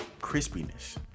crispiness